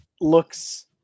looks